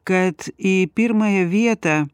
kad į pirmąją vietą